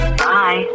bye